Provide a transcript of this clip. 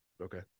Okay